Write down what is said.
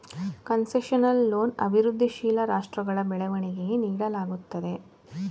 concessional loan ಅಭಿವೃದ್ಧಿಶೀಲ ರಾಷ್ಟ್ರಗಳ ಬೆಳವಣಿಗೆಗೆ ನೀಡಲಾಗುತ್ತದೆ